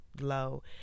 low